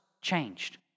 changed